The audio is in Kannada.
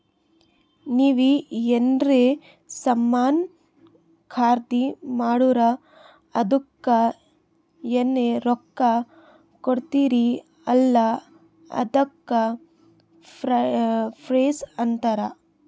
ನೀವ್ ಎನ್ರೆ ಸಾಮಾನ್ ಖರ್ದಿ ಮಾಡುರ್ ಅದುಕ್ಕ ಎನ್ ರೊಕ್ಕಾ ಕೊಡ್ತೀರಿ ಅಲ್ಲಾ ಅದಕ್ಕ ಪ್ರೈಸ್ ಅಂತಾರ್